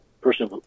person